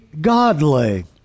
godly